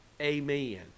Amen